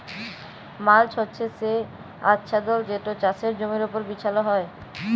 mulch হছে সে আচ্ছাদল যেট চাষের জমির উপর বিছাল হ্যয়